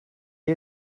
est